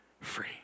free